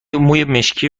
مشکی